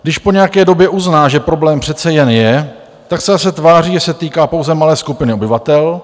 Když po nějaké době uzná, že problém přece jen je, tak se zase tváří, že se týká pouze malé skupiny obyvatel.